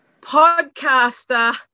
podcaster